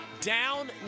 Down